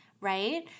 right